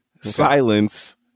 silence